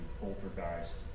Poltergeist